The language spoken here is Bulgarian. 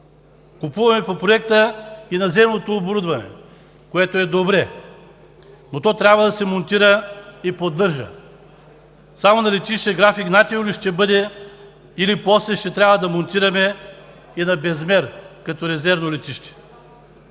Купуваме по Проекта и наземното оборудване, което е добре, но то трябва да се монтира и поддържа. Само на летище Граф Игнатиево ли ще бъде, или после ще трябва да монтираме и на Безмер като резервно летище?